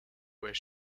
where